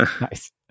Nice